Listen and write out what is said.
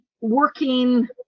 working